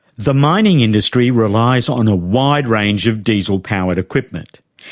the mining industry relies on a wide range of diesel powered equipment,